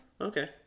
okay